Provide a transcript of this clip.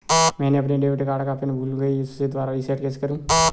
मैंने अपने debit card का पिन भूल गई, उसे दोबारा रीसेट कैसे करूँ?